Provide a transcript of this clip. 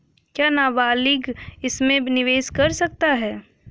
क्या नाबालिग इसमें निवेश कर सकता है?